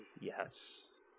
Yes